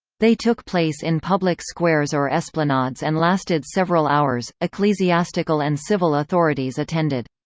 they took place in public squares or esplanades and lasted several hours ecclesiastical and civil authorities attended.